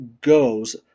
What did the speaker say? goes